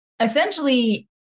essentially